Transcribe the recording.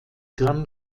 gran